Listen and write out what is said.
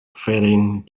firing